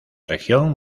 región